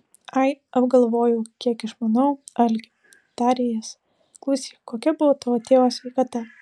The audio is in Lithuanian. ai apgalvojau kiek išmanau algi tarė jis klausyk kokia buvo tavo tėvo sveikata